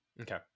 Okay